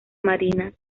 marinas